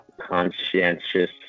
conscientious